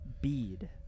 bead